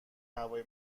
هوای